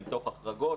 תוך החרגות,